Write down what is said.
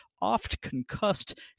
oft-concussed